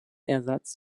ersatz